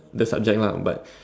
the subject lah but